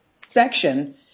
section